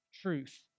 truth